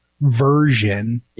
version